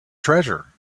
treasure